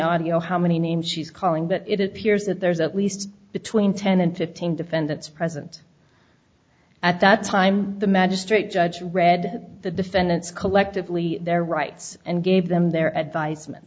audio how many names she's calling but it appears that there's at least between ten and fifteen defendants present at that time the magistrate judge read the defendants collectively their rights and gave them their advi